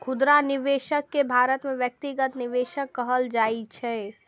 खुदरा निवेशक कें भारत मे व्यक्तिगत निवेशक कहल जाइ छै